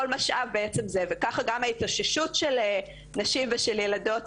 כך גם ההתאוששות של נשים ושל ילדות